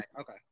okay